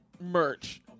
merch